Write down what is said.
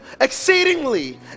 exceedingly